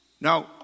Now